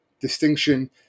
distinction